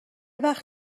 وقت